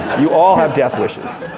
you all have death wishes.